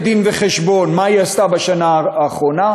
דין-וחשבון מה היא עשתה בשנה האחרונה,